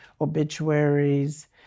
obituaries